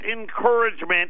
encouragement